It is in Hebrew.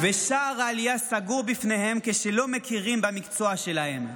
העלייה סגור בפניהם כשלא מכירים במקצוע שלהם.